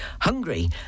hungry